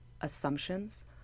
assumptions